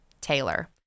Taylor